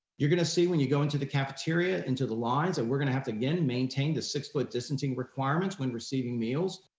you're gonna see when you go into the cafeteria into the lines that and we're gonna have to again, maintain the six foot distancing requirements when receiving meals.